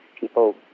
people